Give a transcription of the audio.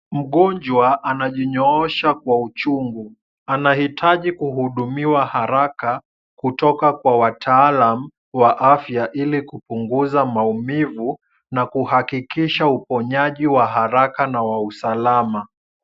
Mgonjwa anajinyoosha wa uchungu, anahitaji kuhudumiwa haraka kutoka kwa wataalamu wa afya ili kupunguza maumivu, na kuhakikisha uponyaji wa haraka na wa usalama.